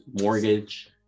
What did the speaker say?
mortgage